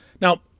Now